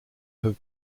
have